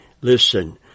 Listen